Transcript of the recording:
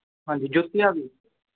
ਹਾਂਜੀ ਜੁੱਤੀਆਂ ਵੀ